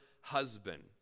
husband